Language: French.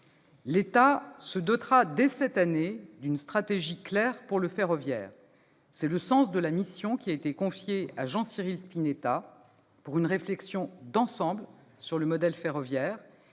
L'État se dotera dès cette année d'une stratégie claire pour le ferroviaire. C'est le sens des missions confiées à Jean-Cyril Spinetta pour une réflexion d'ensemble sur le modèle ferroviaire.